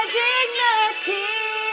dignity